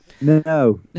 No